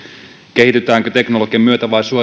kehitytäänkö teknologian myötä vai